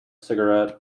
cigarette